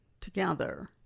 together